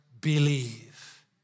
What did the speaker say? believe